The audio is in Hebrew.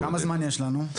כמה זמן יש לנו?